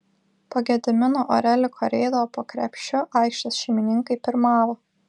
po gedimino oreliko reido po krepšiu aikštės šeimininkai pirmavo